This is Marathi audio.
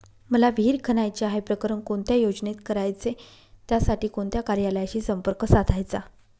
मला विहिर खणायची आहे, प्रकरण कोणत्या योजनेत करायचे त्यासाठी कोणत्या कार्यालयाशी संपर्क साधायचा?